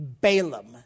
Balaam